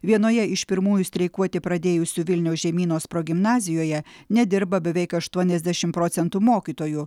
vienoje iš pirmųjų streikuoti pradėjusių vilniaus žemynos progimnazijoje nedirba beveik aštuoniasdešimt procentų mokytojų